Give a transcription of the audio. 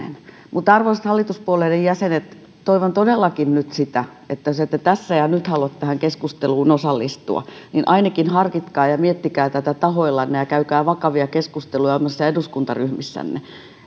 mutta arvoisat hallituspuolueiden jäsenet toivon todellakin nyt sitä että jos ette tässä ja nyt halua tähän keskusteluun osallistua niin ainakin harkitkaa ja miettikää tätä tahoillanne ja käykää vakavia keskusteluja omissa eduskuntaryhmissänne